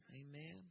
amen